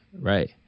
right